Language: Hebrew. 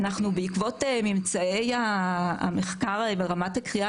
בעקבות ממצאי המחקר ברמת הקריאה,